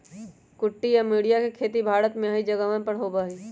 कुटकी या मोरिया के खेती भारत में कई जगहवन पर होबा हई